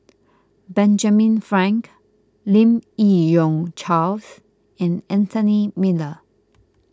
Benjamin Frank Lim Yi Yong Charles and Anthony Miller